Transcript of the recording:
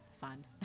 fun